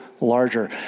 Larger